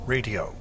Radio